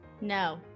No